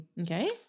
Okay